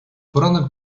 poranek